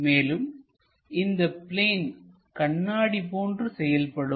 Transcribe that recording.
மேலும் இந்த பிளேன் கண்ணாடி போன்று செயல்படும்